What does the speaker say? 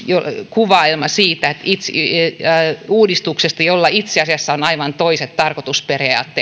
kuvaelma uudistuksesta jolla itse asiassa on aivan toiset tarkoitusperät